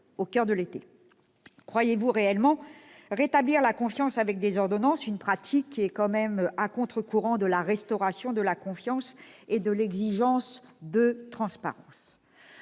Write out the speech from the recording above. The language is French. au coeur de l'été. Croyez-vous réellement rétablir la confiance avec des ordonnances, une pratique qui va précisément à contre-courant de cette restauration de la confiance et de l'exigence de transparence